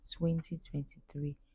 2023